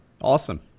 Awesome